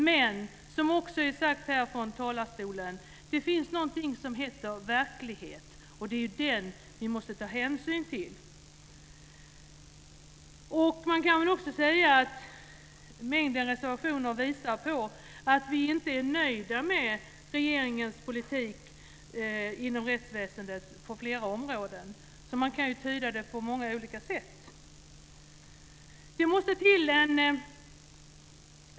Men som också har sagts här från talarstolen så finns det någonting som heter verklighet - och det är den som vi måste ta hänsyn till. Mängden reservationer visar att vi inte är nöjda med regeringens politik inom rättsväsendet på flera områden. Man kan ju tyda detta på många olika sätt.